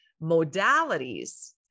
modalities